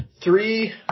Three